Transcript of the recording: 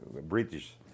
British